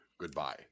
goodbye